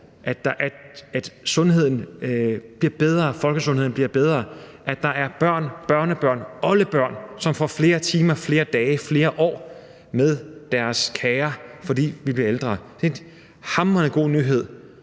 flere gode leveår, at folkesundheden bliver bedre, og at der er børn, børnebørn og oldebørn, som får flere timer, flere dage og flere år med deres kære, fordi vi bliver ældre. Det er en hamrende god nyhed.